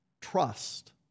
trust